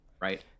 right